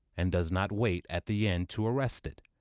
and does not wait at the end to arrest it,